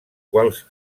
quals